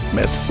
met